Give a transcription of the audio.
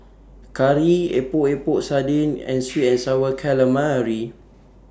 Curry Epok Epok Sardin and Sweet and Sour Calamari